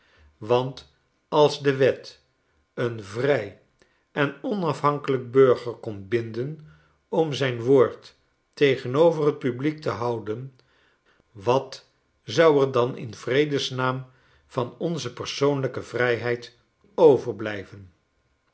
want als de wet een vrij en onaf hankelijk burger kon binden om zijn woord tegenover t publiek te houden wat zou er dan in vredesnaam van onze persoonlijke vrijheid overblijven